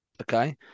okay